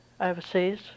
overseas